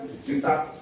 sister